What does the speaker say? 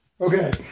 Okay